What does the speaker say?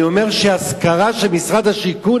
אני אומר שהשכרה של משרד השיכון,